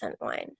wine